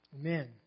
Amen